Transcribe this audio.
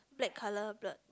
black colour b~